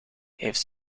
heeft